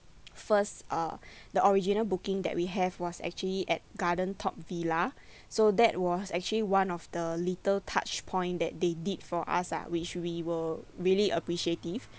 first uh the original booking that we have was actually at garden top villa so that was actually one of the little touchpoint that they did for us ah which we were really appreciative